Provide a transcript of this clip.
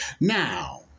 Now